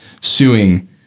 suing